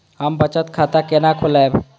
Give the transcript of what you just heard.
हम बचत खाता केना खोलैब?